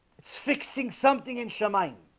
it's fixing something in xiamen